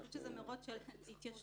אני חושבת שזה מרוץ של התיישנות,